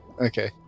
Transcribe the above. Okay